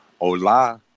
Hola